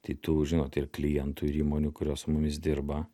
tai tų žinot ir klientų ir įmonių kurios su mumis dirba